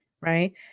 right